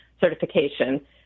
certification